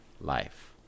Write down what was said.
life